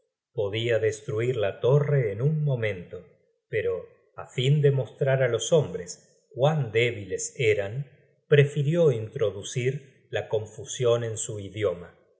podia destruir la torre en un momento pero á fin de mostrar á los hombres cuán débiles eran prefirió introducir la confusion en su idioma